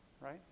right